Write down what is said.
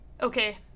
okay